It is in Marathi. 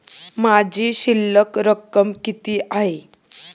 माझी शिल्लक रक्कम किती आहे?